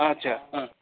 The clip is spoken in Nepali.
अच्छा